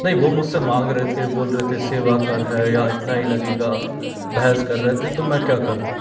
नहीं वो मुझ से माँग रहे थे बोल रहे थे सेवा कर है यहाँ इतना ही लगेगा बहस कर रहे थे तो मैं क्या करता